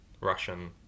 russian